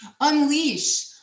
Unleash